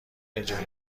اجاره